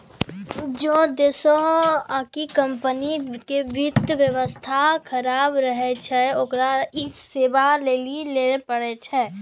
जै देशो आकि कम्पनी के वित्त व्यवस्था खराब रहै छै ओकरा इ सेबा लैये ल पड़ै छै